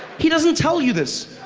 he doesn't tell you this.